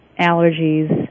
allergies